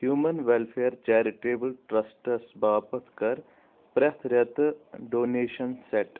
human welfare charitable trusts باپتھ کَر پرٛٮ۪تھ رٮ۪تہٕ ڈونیشن سٮ۪ٹ